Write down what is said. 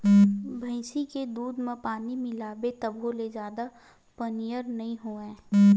भइसी के दूद म पानी मिलाबे तभो ले जादा पनियर नइ होवय